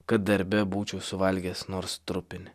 kad darbe būčiau suvalgęs nors trupinį